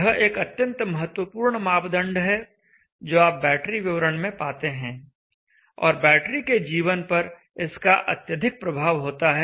यह एक अत्यंत महत्वपूर्ण मापदंड है जो आप बैटरी विवरण में पाते हैं और बैटरी के जीवन पर इसका अत्यधिक प्रभाव होता है